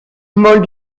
molles